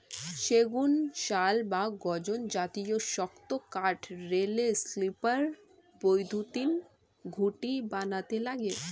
সেগুন, শাল বা গর্জন জাতীয় শক্ত কাঠ রেলের স্লিপার, বৈদ্যুতিন খুঁটি বানাতে লাগে